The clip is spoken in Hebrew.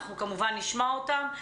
אנחנו, כמובן, נשמע אותם.